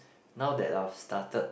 now that I've started